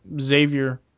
Xavier